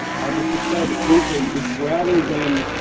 i'll just describe it briefly is rather than.